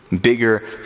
Bigger